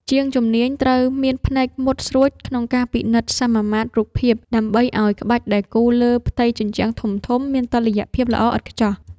ជាងជំនាញត្រូវមានភ្នែកមុតស្រួចក្នុងការពិនិត្យសមាមាត្ររូបភាព ដើម្បីឱ្យក្បាច់ដែលគូរលើផ្ទៃជញ្ជាំងធំៗមានតុល្យភាពល្អឥតខ្ចោះ។